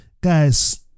Guys